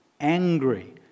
angry